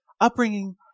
upbringing